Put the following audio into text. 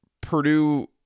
Purdue